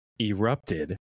erupted